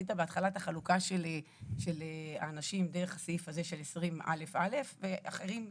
עשית בהתחלה את החלוקה של האנשים דרך הסעיף הזה של 20א(א) ואחרים שלא.